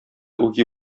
үги